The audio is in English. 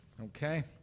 Okay